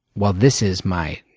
well, this is my